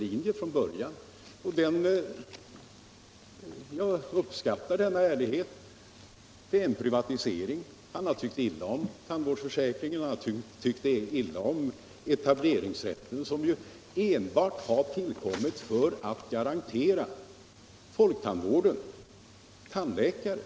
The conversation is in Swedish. Han vill ha till stånd en privatisering, eftersom han tycker illa om tandvårdsförsäkringen och etableringsrätten. som enbart har tillkommit för att garantera folktandvården tandläkare.